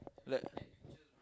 like